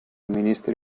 ministri